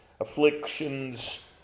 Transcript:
afflictions